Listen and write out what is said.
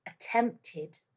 attempted